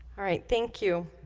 all right, thank you,